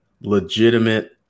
legitimate